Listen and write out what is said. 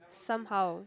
somehow